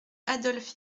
adolphe